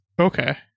Okay